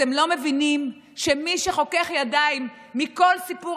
אתם לא מבינים שמי שחוכך ידיים מכל סיפור